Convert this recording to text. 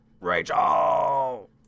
Rachel